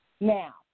Now